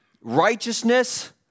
righteousness